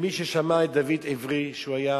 שמי ששמע את דוד עברי, שהיה